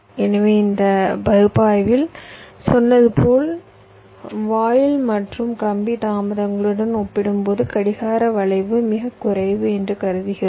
எனவே இந்த பகுப்பாய்வில் சொன்னது போல் வாயில் மற்றும் கம்பி தாமதங்களுடன் ஒப்பிடும்போது கடிகார வளைவு மிகக் குறைவு என்று கருதுகிறோம்